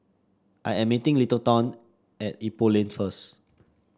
I am meeting Littleton at Ipoh Lane first